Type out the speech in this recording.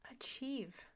achieve